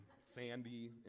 sandy